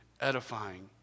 edifying